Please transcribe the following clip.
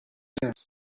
roses